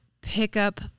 pickup